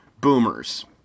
boomers